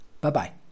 bye-bye